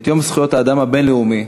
את יום זכויות האדם הבין-לאומי,